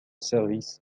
service